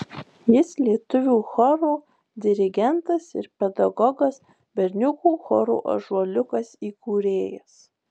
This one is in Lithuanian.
jis lietuvių choro dirigentas ir pedagogas berniukų choro ąžuoliukas įkūrėjas